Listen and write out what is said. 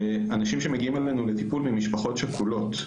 אנשים שמגיעים אלינו לטיפול ממשפחות שכולות,